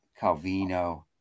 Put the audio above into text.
Calvino